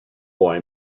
boy